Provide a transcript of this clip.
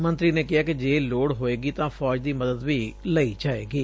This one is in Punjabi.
ਮੰਤਰੀ ਨੇ ਕਿਹੈ ਕਿ ਜੇ ਲੋੜ ਹੋਏਗੀ ਤਾਂ ਫੌਜ ਦੀ ਮਦਦ ਵੀ ਲਈ ਜਾਏਗੀ